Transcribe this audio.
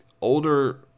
older